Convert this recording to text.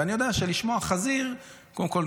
ואני יודע שלשמוע "חזיר" קודם כול,